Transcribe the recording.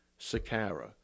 Sakara